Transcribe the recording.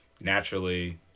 naturally